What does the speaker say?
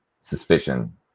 suspicion